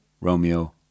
Romeo